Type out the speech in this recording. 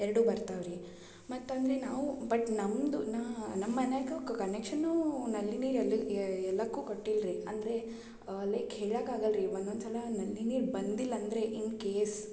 ಎರಡು ಬರ್ತವೆ ರೀ ಮತ್ತು ಅಂದರೆ ನಾವು ಬಟ್ ನಮ್ಮದು ನಾ ನಮ್ಮನೇಗೆ ಕನೆಕ್ಷನ್ನೂ ನಲ್ಲಿ ನೀರಲ್ಲಿ ಎಲ್ಲಕ್ಕು ಕೊಟ್ಟಿಲ್ಲ ರೀ ಅಂದರೆ ಲೈಕ್ ಹೇಳಕ್ಕಾಗಲ್ಲ ರೀ ಒನ್ನೊಂದ್ಸಲ ನಲ್ಲಿ ನೀರು ಬಂದಿಲ್ಲಂದರೆ ಇನ್ ಕೇಸ್